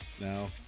now